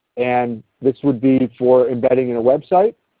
and this would be for embedding in a website.